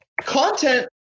content